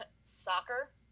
soccer